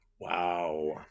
Wow